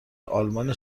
آلمان